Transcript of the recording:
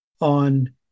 on